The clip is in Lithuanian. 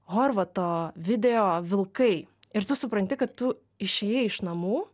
horvato videovilkai ir tu supranti kad tu išėjai iš namų